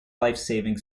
lifesaving